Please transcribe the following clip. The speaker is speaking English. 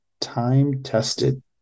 time-tested